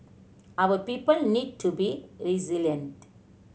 our people need to be resilient